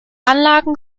anlagen